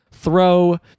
Throw